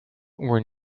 were